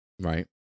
Right